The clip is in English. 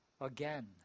again